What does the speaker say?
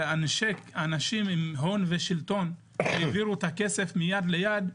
ואנשים עם הון ושלטון העבירו את הכסף מיד ליד,